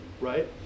right